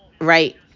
right